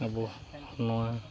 ᱟᱵᱚ ᱱᱚᱣᱟ